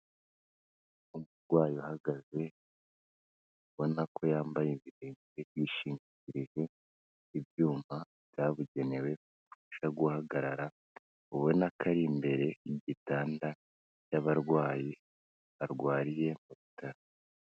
Umurwayi uhagaze ubona ko yambaye ibirenge yishingikirije ibyuma byabugenewe bimufasha guhagarara, ubona ko ari imbere y'igitanda cy'abarwayi barwariye mu bitaro.